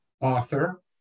author